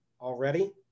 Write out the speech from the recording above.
already